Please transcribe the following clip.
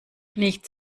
nichts